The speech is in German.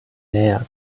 näher